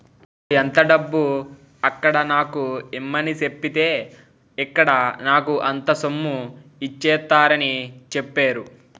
నువ్వు ఎంత డబ్బు అక్కడ నాకు ఇమ్మని సెప్పితే ఇక్కడ నాకు అంత సొమ్ము ఇచ్చేత్తారని చెప్పేరు